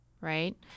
right